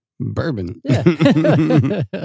Bourbon